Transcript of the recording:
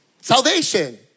Salvation